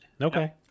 Okay